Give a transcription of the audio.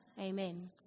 Amen